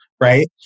Right